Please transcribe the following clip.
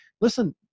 listen